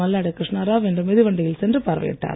மல்லாடி கிருஷ்ணராவ் இன்று மிதிவண்டியில் சென்று பார்வையிட்டார்